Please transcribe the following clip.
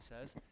says